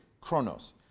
chronos